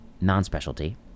non-specialty